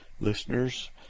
listeners